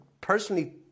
personally